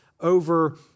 over